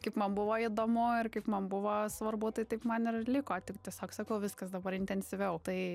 kaip man buvo įdomu ar kaip man buvo svarbu tai taip man ir liko tik tiesiog sakau viskas dabar intensyviau tai